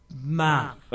man